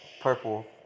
purple